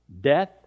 Death